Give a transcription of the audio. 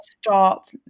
start